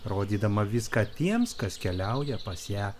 rodydama viską tiems kas keliauja pas ją